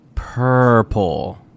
Purple